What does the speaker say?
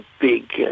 big